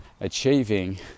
achieving